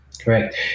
correct